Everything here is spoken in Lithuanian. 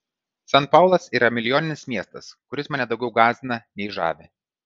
san paulas yra milijoninis miestas kuris mane daugiau gąsdina nei žavi